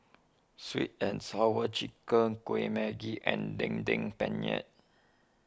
Sweet and Sour Chicken Kuih Manggis and Daging Penyet